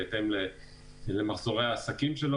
בהתאם למחזורי העסקים שלו,